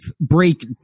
break